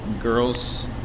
girls